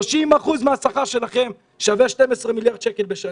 30% מהשכר שלכם שווה 12 מיליארד שקל בשנה.